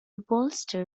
bolster